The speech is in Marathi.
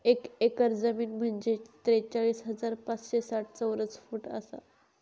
एक एकर जमीन म्हंजे त्रेचाळीस हजार पाचशे साठ चौरस फूट आसा